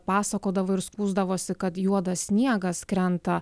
pasakodavo ir skųsdavosi kad juodas sniegas krenta